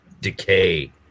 decay